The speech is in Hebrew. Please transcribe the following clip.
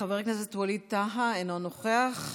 חבר הכנסת ווליד טאהא, אינו נוכח,